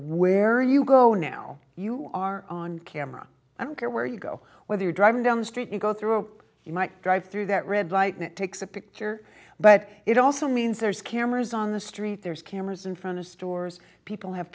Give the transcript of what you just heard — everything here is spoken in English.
where you go now you are on camera i don't care where you go whether you're driving down the street you go through you might drive through that red light it takes a picture but it also means there's cameras on the street there's cameras in front of stores people have